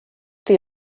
die